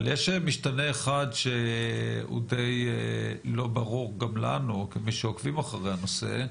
אבל יש משתנה אחד שהוא די לא ברור גם לנו כמי שעוקבים אחרי הנושא,